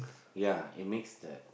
ya it makes the